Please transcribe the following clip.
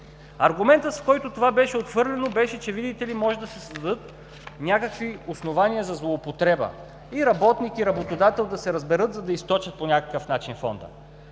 Аргументът, с който това беше отхвърлено, беше, че видите ли, може да се създадат някакви основания за злоупотреба – и работник, и работодател да се разберат, за да източат по някакъв начин Фонда.